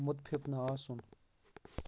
مُتفِف نہٕ آسُن